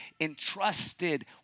entrusted